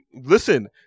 Listen